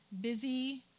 Busy